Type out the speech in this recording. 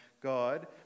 God